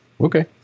okay